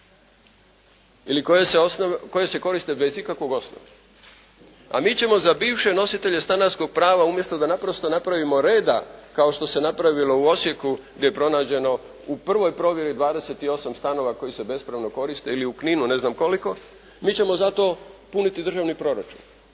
Ili koja se koriste bez ikakvog osnova. A mi ćemo za bivše nositelje stanarskog prava umjesto da naprosto napravimo reda kao što se napravilo u Osijeku gdje je pronađeno u prvoj provjeri 28 stanova koji se bespravno koriste ili u Kninu ne znam koliko, mi ćemo zato puniti državni proračun.